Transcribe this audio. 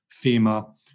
FEMA